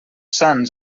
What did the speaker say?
sants